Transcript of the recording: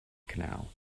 canal